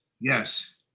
Yes